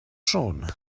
schon